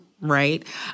right